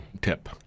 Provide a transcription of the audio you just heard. tip